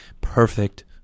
Perfect